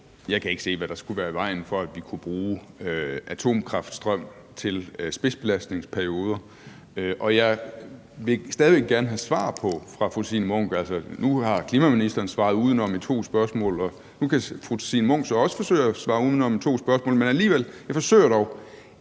Jeg kan ikke se, hvad der skulle være i vejen for, at vi kunne bruge atomkraftstrøm i spidsbelastningsperioder. Jeg vil stadig væk gerne have et svar på det fra fru Signe Munk. Nu har klimaministeren svaret udenom i to svar, og nu kan fru Signe Munk så også forsøge at svare udenom i to svar. Men jeg forsøger dog